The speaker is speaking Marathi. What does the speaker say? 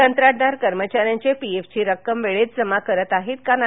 कंत्राटदार कर्मचार्यांच्या पीएफची रक्कम वेळेत जमा करीत आहेत की नाही